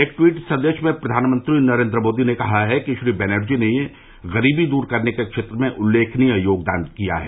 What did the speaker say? एक ट्वीट संदेश में प्रधानमंत्री नरेन्द्र मोदी ने कहा है कि श्री बैनर्जी ने गरीबी दूर करने के क्षेत्र में उल्लेखनीय योगदान किया है